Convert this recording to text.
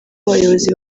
abayobozi